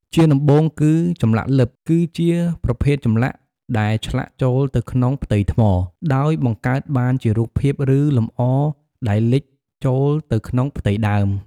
ជាដំបូងគឺ ចម្លាក់លិប គឺជាប្រភេទចម្លាក់ដែលឆ្លាក់ចូលទៅក្នុងផ្ទៃថ្ម ដោយបង្កើតបានជារូបភាព ឬលម្អដែល លិចចូលទៅក្នុងផ្ទៃដើម។